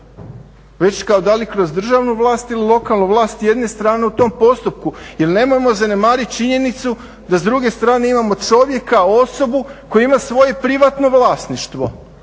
već kao da li državnu vlast ili lokalnu vlast jedne strane u tom postupku. Jer nemojmo zanemariti činjenicu da s druge strane imamo čovjeka, osobu koja ima svoje privatno vlasništvo.